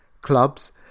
Clubs